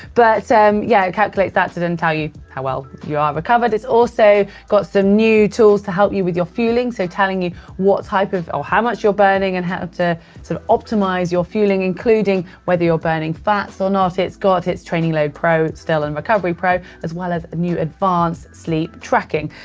but yeah it calculates that to then tell you how well you are recovered. it's also got some new tools to help you with your fueling, so telling you what type of or how much you're burning and how to to optimize your fueling including whether you're burning fats or not. it's got its training load pro still and recovery pro, as well as a new advanced sleep tracking.